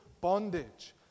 bondage